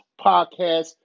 podcast